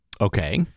Okay